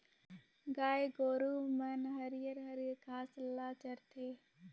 गाय गोरु मन हर हरियर हरियर घास ल चरथे